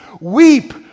weep